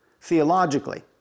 theologically